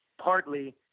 partly